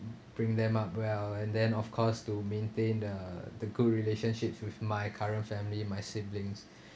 bring them up well and then of course to maintain the the good relationships with my current family my siblings